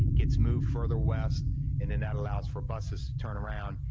gets moved further west and then that allows for buses to turn around,